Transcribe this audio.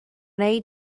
wnei